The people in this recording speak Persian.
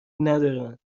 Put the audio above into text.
ندارند